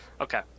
Okay